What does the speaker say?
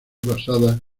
basadas